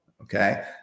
okay